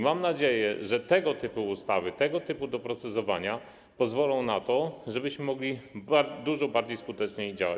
Mam nadzieję, że tego typu ustawy, tego typu doprecyzowania pozwolą na to, żebyśmy mogli dużo bardziej skutecznie działać.